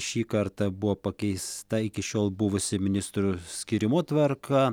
šį kartą buvo pakeista iki šiol buvusi ministrų skyrimo tvarka